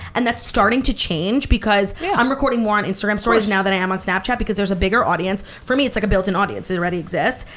and that's starting to change because i'm recording more on instagram stories now than i am on snapchat because there's a bigger audience. for me, it's like a built-in audience. it already exists,